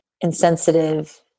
insensitive